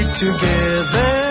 together